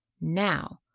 Now